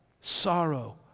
sorrow